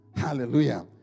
Hallelujah